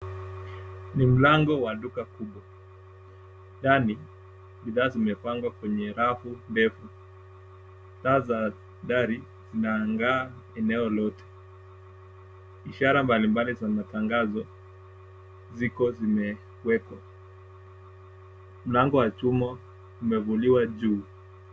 Ni mlango wa duka kubwa ndani, bidhaa zimepangwa kwenye rafu ndefu. Taa za dhari inang'aa eneo lote. Ishara mbalimbali za matangazo ziko zimewekwa. Mlango wa chuma umevuliwa juu.